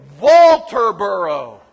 Walterboro